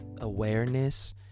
awareness